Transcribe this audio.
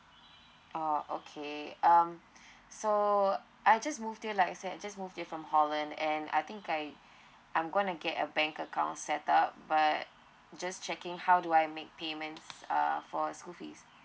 orh okay um so I just move here like say just move here from holland and I think I I'm gonna get a bank account set up but just checking how do I make payments uh for school fees